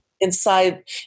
inside